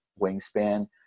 wingspan